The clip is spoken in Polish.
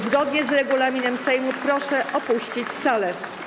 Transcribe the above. Zgodnie z regulaminem Sejmu proszę opuścić salę.